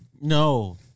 no